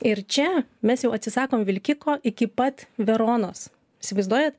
ir čia mes jau atsisakom vilkiko iki pat veronos įsivaizduojat